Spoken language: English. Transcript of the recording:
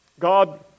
God